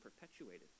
perpetuated